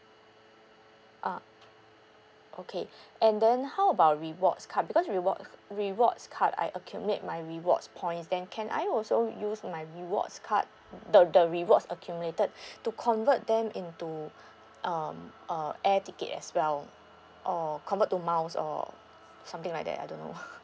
ah okay and then how about rewards card because rewards rewards card I accumulate my rewards points then can I also use my rewards card the the rewards accumulated to convert them into um a air ticket as well or convert to miles or something like that I don't know